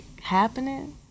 happening